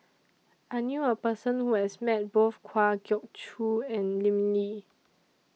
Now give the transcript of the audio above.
I knew A Person Who has Met Both Kwa Geok Choo and Lim Lee